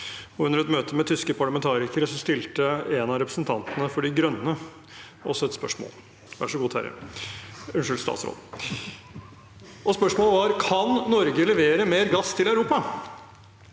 Under et møte med tyske parlamentarikere stilte en av representantene for De grønne oss et spørsmål. Spørsmålet var: Kan Norge levere mer gass til Europa?